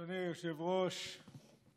אדוני היושב-ראש,